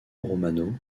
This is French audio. romano